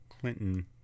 Clinton